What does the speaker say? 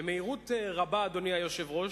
ובמהירות רבה, פונו המתיישבים, אדוני היושב-ראש,